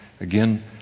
Again